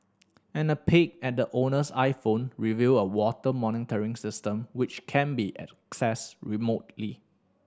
and a peek at the owner's iPhone reveal a water monitoring system which can be accessed remotely